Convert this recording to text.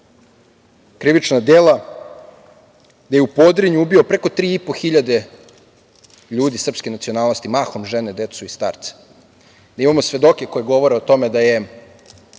krivična dela, gde je u Podrinju ubio preko 3.500 ljudi srpske nacionalnosti, mahom žene, decu i starce, da imamo svedoke koji govore o tome da je